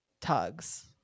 tugs